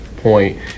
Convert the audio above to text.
point